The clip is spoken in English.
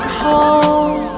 home